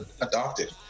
adopted